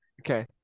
Okay